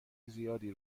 زیادی